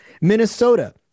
Minnesota